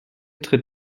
tritt